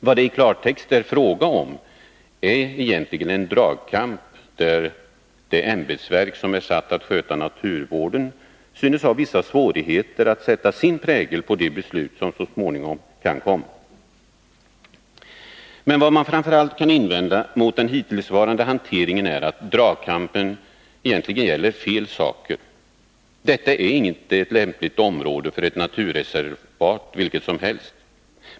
Vad det i klartext är fråga om är egentligen en dragkamp, där det ämbetsverk som är satt att sköta naturvården synes ha vissa svårigheter att sätta sin prägel på de beslut som så småningom kan komma. Men vad man framför allt kan invända mot den hittillsvarande hanteringen är att dragkampen gäller fel saker. Detta är inte ett lämpligt område för ett naturreservat vilket som helst.